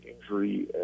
injury